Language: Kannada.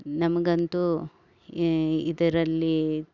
ನಮಗಂತೂ ಇದರಲ್ಲಿ